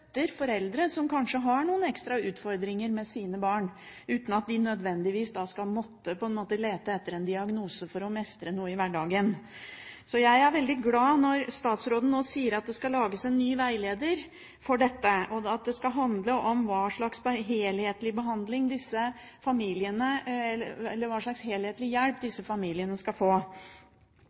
støtter foreldre som kanskje har noen ekstra utfordringer med sine barn, uten at de nødvendigvis skal måtte lete etter en diagnose for å mestre hverdagen. Så jeg er veldig glad når statsråden nå sier at det skal lages en ny veileder for dette, og at det skal handle om hva slags helhetlig hjelp disse familiene skal få.